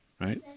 right